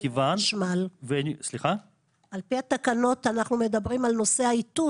על פי התקנות אנחנו מדברים על נושא האיתות,